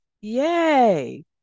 Yay